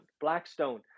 Blackstone